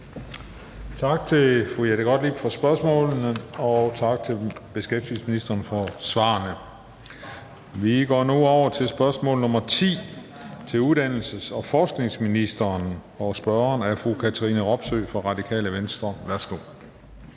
Tak til fru Jette Gottlieb for spørgsmålene, og tak til beskæftigelsesministeren for svarene. Vi går nu over til spørgsmål nr. 10 til uddannelses- og forskningsministeren, og spørgeren er fru Katrine Robsøe fra Radikale Venstre. Kl.